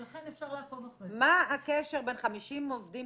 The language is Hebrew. ולכן אפשר לעקוב אחרי זה- - מה הקשר בין 50 עובדים